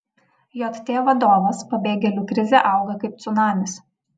jt vadovas pabėgėlių krizė auga kaip cunamis